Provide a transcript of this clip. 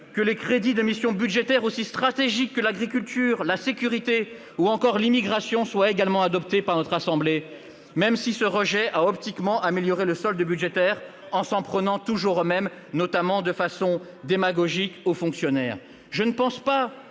que les crédits de missions budgétaires aussi stratégiques que l'agriculture, la sécurité ou encore l'immigration soient également adoptés par notre assemblée. Certes, ce rejet a optiquement amélioré le solde budgétaire, mais c'est en s'en prenant toujours aux mêmes, de façon démagogique, notamment aux fonctionnaires. Je ne pense pas